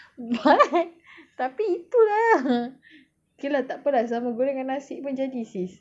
what tapi itu lah okay lah tak apa lah sambal goreng dengan nasi pun jadi sis